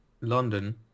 London